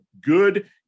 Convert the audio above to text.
good